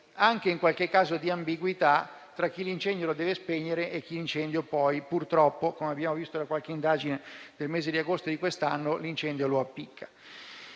in qualche caso anche di ambiguità tra chi l'incendio lo deve spegnere e chi purtroppo, come abbiamo visto in qualche indagine del mese di agosto di quest'anno, l'incendio lo appicca.